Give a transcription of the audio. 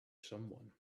someone